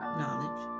knowledge